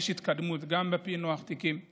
יש התקדמות גם בפענוח תיקים,